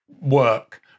work